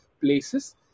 places